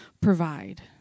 provide